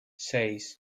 seis